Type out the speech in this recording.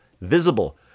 visible